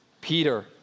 Peter